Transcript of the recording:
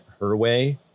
Herway